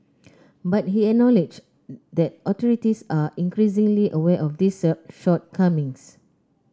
but he acknowledged that authorities are increasingly aware of these shortcomings